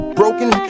broken